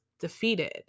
defeated